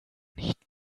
nicht